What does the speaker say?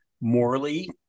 morally